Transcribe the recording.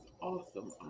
awesome